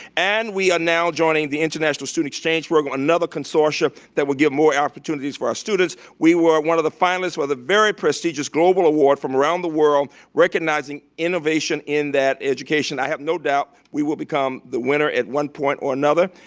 and we are now joining the international student exchange program, another consortium that would give more opportunities for our students. we were one of the finalists with a very prestigious global award from around the world recognizing innovation in that education. i have no doubt we will become the winner at one point or another.